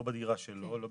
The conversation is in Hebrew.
לא בדירה של עצמו.